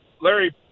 Larry